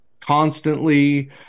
constantly